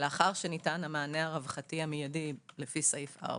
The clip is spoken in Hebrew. לאחר שניתן המענה הרווחתי המיידי לפי סעיף 4,